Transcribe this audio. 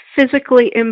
physically